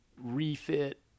refit